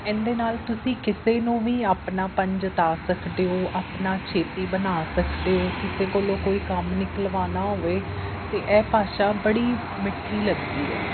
ਇਹਦੇ ਨਾਲ ਤੁਸੀਂ ਕਿਸੇ ਨੂੰ ਵੀ ਆਪਣਾਪਣ ਜਤਾ ਸਕਦੇ ਹੋ ਆਪਣਾ ਛੇਤੀ ਬਣਾ ਸਕਦੇ ਹੋ ਕਿਸੇ ਕੋਲੋਂ ਕੋਈ ਕੰਮ ਨਿਕਲਵਾਉਣਾ ਹੋਵੇ ਤਾਂ ਇਹ ਭਾਸ਼ਾ ਬੜੀ ਮਿੱਠੀ ਲੱਗਦੀ ਆ